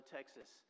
Texas